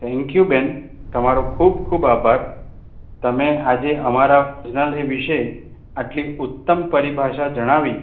thank you બેન તમારો ખૂબ ખૂબ આભાર તમે આજે અમારાં ભોજનાલય વિશે આટલી ઉત્તમ પરિભાષા જણાવી